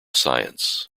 science